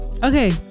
Okay